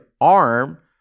arm